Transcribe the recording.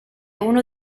uno